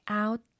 out